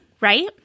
right